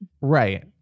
Right